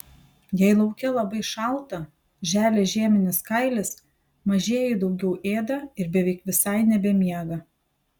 jei lauke labai šalta želia žieminis kailis mažieji daugiau ėda ir beveik visai nebemiega